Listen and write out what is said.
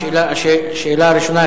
השאלה הראשונה,